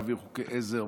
מעביר חוקי עזר,